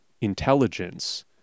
intelligence